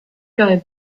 guy